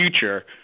future